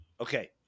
Okay